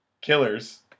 Killers